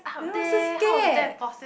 why you so scared